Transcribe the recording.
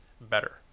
better